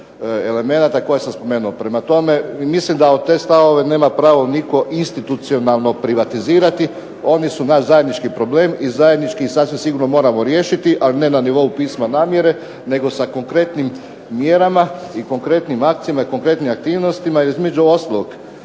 elemenata koje sam spomenuo. Prema tome, mislim da u te stavove nema pravo nitko institucionalno privatizirati. Oni su naš zajednički problem i zajednički ih sasvim sigurno moramo riješiti, ali ne na nivou pisma namjere, nego sa konkretnim mjerama i konkretnim akcijama i konkretnim aktivnostima. Između ostalog,